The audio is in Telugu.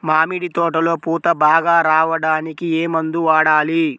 మామిడి తోటలో పూత బాగా రావడానికి ఏ మందు వాడాలి?